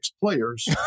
players